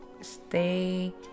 Stay